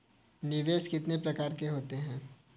निवेश कितने प्रकार के होते हैं?